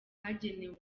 hagenewe